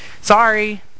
sorry